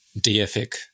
deific